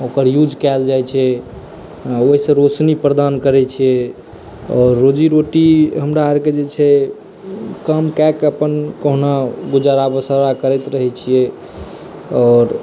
ओकर यूज़ कयल जाइ छै ओहिसँ रौशनी प्रदान करै छै आओर रोजी रोटी हमरा आरके जे छै काम कऽ के अपन कहुना गुजारा बसारा करैत रहै छियै आओर